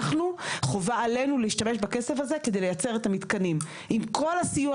חובה עלינו להשתמש בכסף הזה כדי לייצר את המתקנים עם כל הסיוע